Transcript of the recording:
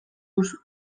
duzu